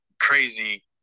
crazy